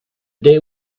day